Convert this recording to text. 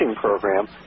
program